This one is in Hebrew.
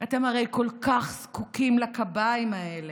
אתם הרי כל כך זקוקים לקביים האלה,